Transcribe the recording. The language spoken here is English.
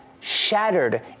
shattered